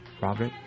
Robert